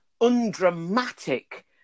undramatic